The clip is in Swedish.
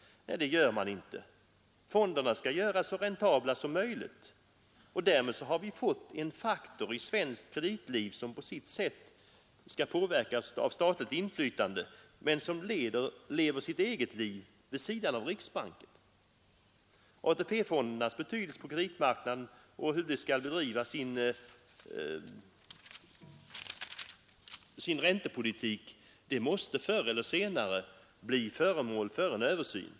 Nej, det gör man inte. Fonderna skall göras så räntabla som möjligt. Därmed har vi fått en faktor i svenskt kreditliv som på sitt sätt skall påverkas av statligt inflytande men som lever sitt eget liv vid sidan av riksbanken. AP-fondernas betydelse på kreditmarknaden och hur dessa skall bedriva sin räntepolitik måste förr eller senare bli föremål för översyn.